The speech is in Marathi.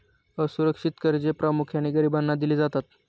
असुरक्षित कर्जे प्रामुख्याने गरिबांना दिली जातात